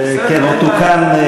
כן, תוקן.